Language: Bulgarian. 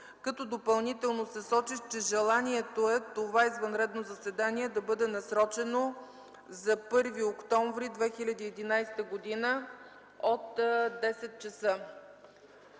Допълнително се сочи, че желанието е това извънредно заседание да бъде насрочено за 1 октомври 2011 г. от 10,00 ч.